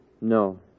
No